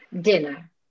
dinner